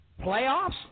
Playoffs